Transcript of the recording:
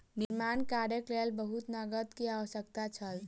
निर्माण कार्यक लेल बहुत नकद के आवश्यकता छल